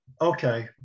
Okay